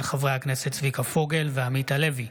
של חברי הכנסת צביקה פוגל ועמית הלוי.